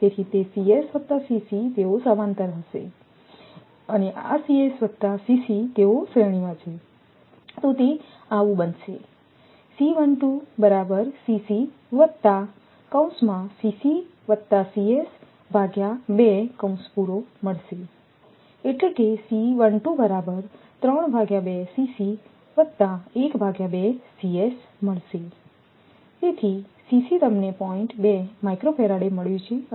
તેથી તે વત્તા તેઓ સમાંતર હશે અને આ વત્તા તેઓ શ્રેણીમાં છે તે આવું હશે તેથી તમને મળ્યું છે